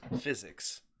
physics